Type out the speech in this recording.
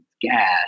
gas